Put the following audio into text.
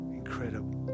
incredible